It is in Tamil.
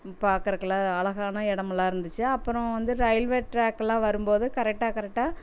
பார்க்குறக்குலாம் அழகான இடம்லாம் இருந்துச்சு அப்புறம் வந்து ரயில்வே ட்ராக்லாம் வரும் போது கரெக்டாக கரெக்டாக